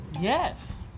Yes